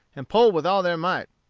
and pull with all their might.